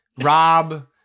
Rob